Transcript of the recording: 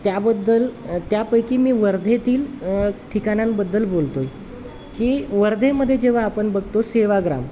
त्याबद्दल त्यापैकी मी वर्धेतील ठिकाणांबद्दल बोलतो आहे की वर्धेमध्ये जेव्हा आपण बघतो सेवाग्राम